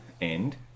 end